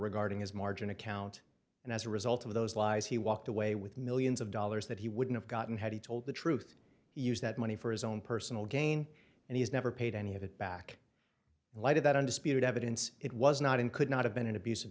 regarding his margin account and as a result of those lies he walked away with millions of dollars that he wouldn't have gotten had he told the truth he used that money for his own personal gain and he's never paid any of it back in light of that undisputed evidence it was not in could not have been an abus